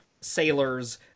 sailors